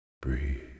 Breathe